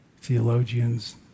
theologians